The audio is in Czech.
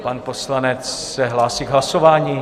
Pan poslanec se hlásí k hlasování?